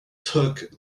took